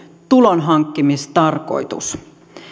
tulonhankkimistarkoitus